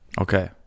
Okay